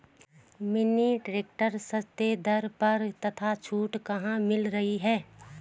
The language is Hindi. मिनी ट्रैक्टर सस्ते दर पर तथा छूट कहाँ मिल रही है?